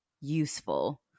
useful